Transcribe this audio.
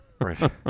Right